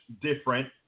different